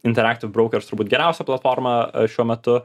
interactive brokers turbūt geriausia platforma šiuo metu